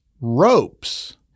ropes